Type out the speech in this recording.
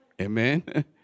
Amen